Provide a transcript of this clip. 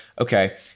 okay